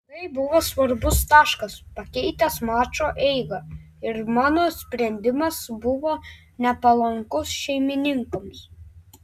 tai buvo svarbus taškas pakeitęs mačo eigą ir mano sprendimas buvo nepalankus šeimininkams